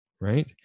right